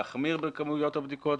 להחמיר בכמויות הבדיקות,